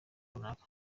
runaka